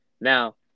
Now